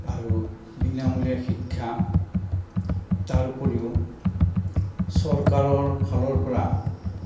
আৰু বিনামূলীয়া শিক্ষা তাৰ উপৰিও চৰকাৰৰ ফালৰ পৰা